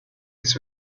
its